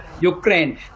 Ukraine